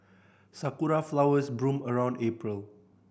sakura flowers bloom around April